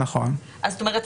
זאת אומרת,